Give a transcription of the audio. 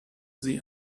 sie